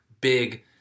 big